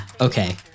Okay